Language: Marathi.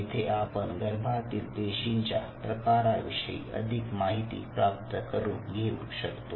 येथे आपण गर्भातील पेशींच्या प्रकाराविषयी अधिक माहिती प्राप्त करून घेऊ शकतो